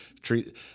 treat